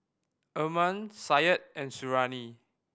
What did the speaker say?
Iman Said and Suriani